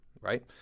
right